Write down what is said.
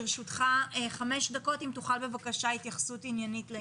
לרשותך חמש דקות להתייחסות עניינית.